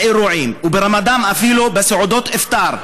באירועים וברמדאן אפילו בסעודות אפטאר.